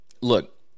Look